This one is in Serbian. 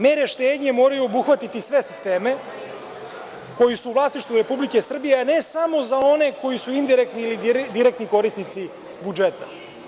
Mere štednje moraju obuhvatiti sve sisteme koji su u vlasništvu Republike Srbije, a ne samo za one koji su indirektni ili direktni korisnici budžeta.